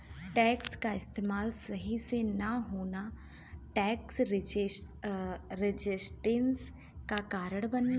tax क इस्तेमाल सही से न होना टैक्स रेजिस्टेंस क कारण बनला